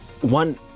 one